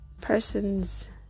person's